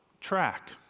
track